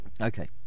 Okay